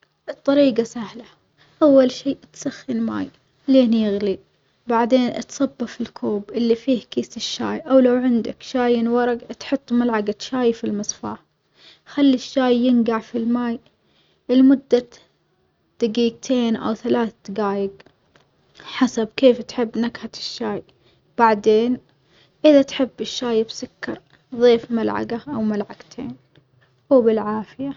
الطريجة سهلة أول شي تسخن ماي لين يغلي بعدين تصبه في الكوب اللي فيه كيس الشاي، أو لو عندك شايٍ ورج تحط ملعجة شاي في المصفاة، خلي الشاي ينجع في الماي لمدة دجيجتين أو ثلاث دجايج حسب كيف تحب نكهة الشاي، وبعدين إذا تحب الشاي بسكر ظيف ملعجة أو ملعجتين وبالعافية.